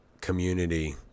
community